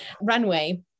runway